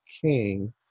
king